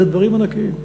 זה דברים ענקיים.